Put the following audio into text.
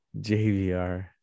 JVR